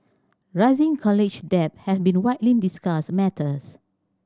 rising college debt has been a widely discussed matters